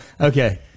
okay